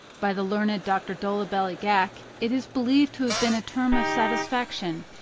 by the learned dr. dolabelly gak it is believed to have been a term of satisfaction,